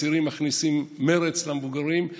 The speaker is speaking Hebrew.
הצעירים מכניסים מרץ למבוגרים,